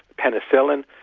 penicillin,